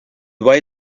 why